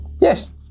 Yes